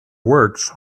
works